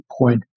point